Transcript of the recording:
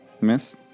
Miss